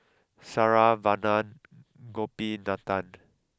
Saravanan Gopinathan